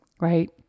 right